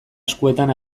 eskuetan